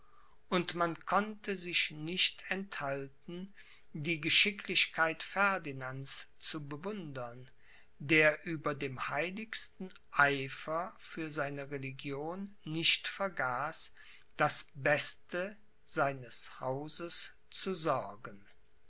und man konnte sich nicht enthalten die geschicklichkeit ferdinands zu bewundern der über dem heiligsten eifer für seine religion nicht vergaß für das beste seines hauses zu sorgen